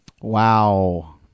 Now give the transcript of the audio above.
Wow